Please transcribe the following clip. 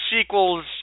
sequels